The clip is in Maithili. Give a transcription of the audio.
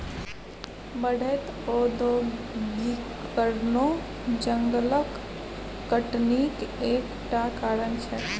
बढ़ैत औद्योगीकरणो जंगलक कटनीक एक टा कारण छै